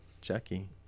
Jackie